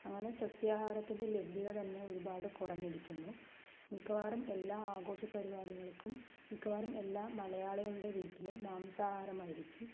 അങ്ങനെ സസ്യാഹാരത്തിൻ്റെ ലഭ്യത തന്നെ ഒരുപാട് കുറഞ്ഞിരിക്കുന്നു മിക്കവാറും എല്ലാ ആഘോഷ പരിപാടികൾക്കും മിക്കവാറും എല്ലാം മലയാളികളുടെ വീട്ടിലും മാംസാഹാരമായിരിക്കും